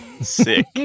Sick